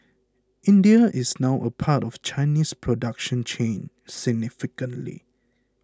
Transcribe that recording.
India is now a part of the Chinese production chain significantly